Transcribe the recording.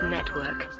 Network